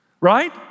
right